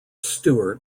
stewart